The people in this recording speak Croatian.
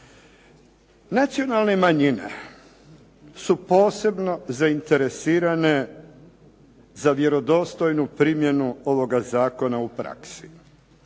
Nacionalne manjine su posebno zainteresirane za vjerodostojnu primjenu ovoga zakona u praksi.